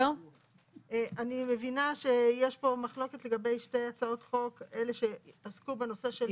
אני מבינה שיש פה מחלוקת לגבי שתי הצעות חוק שעסקו בנושא.